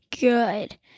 Good